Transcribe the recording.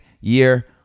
year